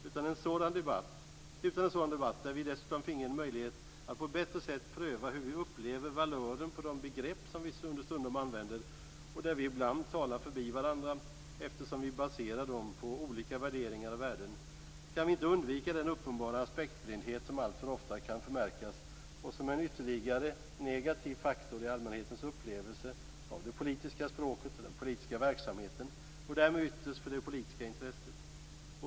Utan en sådan debatt - där vi dessutom finge en möjlighet att på ett bättre sätt pröva hur vi upplever valören på de begrepp som vi understundom använder, och där vi ibland talar förbi varandra, eftersom vi baserar dem på olika värderingar och värden - kan vi inte undvika den uppenbara aspektblindhet som alltför ofta kan förmärkas. Det är en ytterligare negativ faktor i allmänhetens upplevelse av det politiska språket och den politiska verksamheten och därmed ytterst för det politiska intresset.